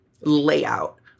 layout